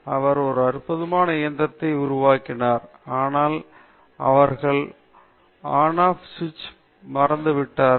அவர்கள் ஒரு அற்புதமான இயந்திரத்தை உருவாக்கினார்கள் ஆனால் அவர்கள் ஆன் ஆப் ஸ்விட்ச் மறந்துவிட்டார்கள்